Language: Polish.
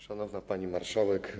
Szanowna Pani Marszałek!